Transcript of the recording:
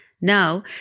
Now